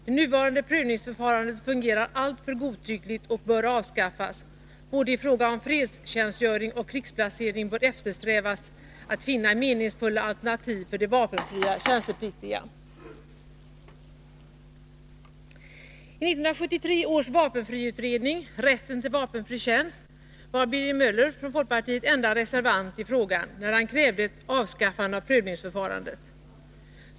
Det nuvarande prövningsförfarandet fungerar alltför godtyckligt och bör avskaffas, både i fråga om fredstjänstgöring och krigsplacering bör eftersträvas att finna meningsfulla alternativ för de vapenfria tjänstepliktiga.” I 1973 års vapenfriutredning Rätten till vapenfri tjänst var Birger Möller från folkpartiet enda reservant i frågan, när han krävde ett avskaffande av prövningsförfarandet.